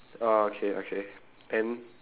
oh okay okay then